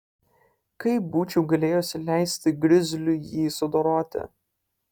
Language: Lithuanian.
kaip būčiau galėjusi leisti grizliui jį sudoroti